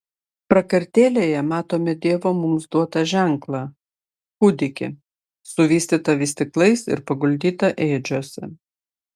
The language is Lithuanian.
prakartėlėje matome dievo mums duotą ženklą kūdikį suvystytą vystyklais ir paguldytą ėdžiose